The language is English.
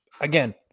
again